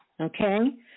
Okay